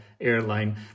airline